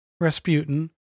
Rasputin